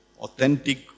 Authentic